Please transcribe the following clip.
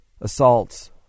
assaults